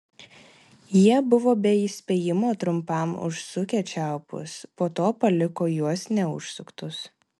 jie buvo be įspėjimo trumpam užsukę čiaupus po to paliko juos neužsuktus